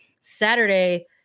Saturday